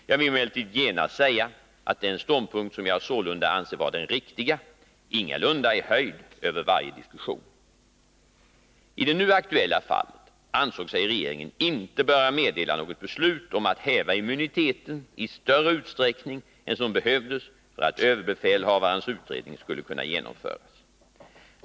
Jag vill emellertid genast säga att den ståndpunkt som jag sålunda anser vara den riktiga ingalunda är höjd över varje diskussion. I det nu aktuella fallet ansåg sig regeringen inte böra meddela något beslut om att häva immuniteten i större utsträckning än som behövdes för att överbefälhavarens utredning skulle kunna genomföras.